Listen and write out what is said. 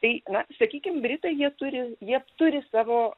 tai na sakykim britai jie turi jie turi savo